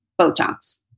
Botox